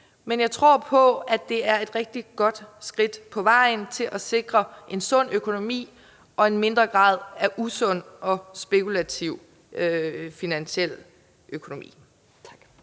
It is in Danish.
men jeg tror på, at det er et rigtig godt skridt på vejen til at sikre en sund økonomi og en mindre grad af usund og spekulativ finansiel økonomi.